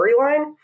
storyline